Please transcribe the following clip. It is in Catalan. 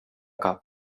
cap